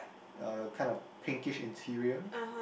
uh kind of pinkish interior